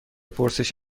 پرسش